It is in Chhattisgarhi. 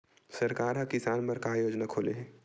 सरकार ह किसान बर का योजना खोले हे?